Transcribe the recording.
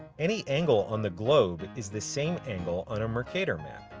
any angle on the globe is the same angle on a mercator map,